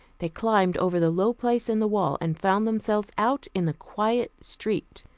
they climbed over the low place in the wall and found themselves out in the quiet street.